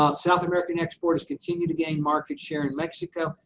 ah south american exporters continue to gain market share in mexico.